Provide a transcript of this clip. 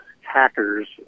hackers